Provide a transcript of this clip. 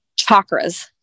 chakras